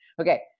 Okay